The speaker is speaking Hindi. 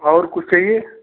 और कुछ चाहिए